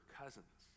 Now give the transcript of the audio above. cousins